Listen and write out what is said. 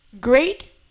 great